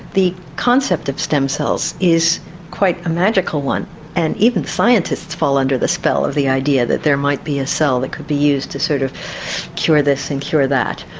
the concept of stem cells is quite a magical one and even scientists fall under the spell of the idea that there might be a cell that could be used to sort of cure this and cure that.